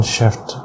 Shift